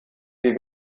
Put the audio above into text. die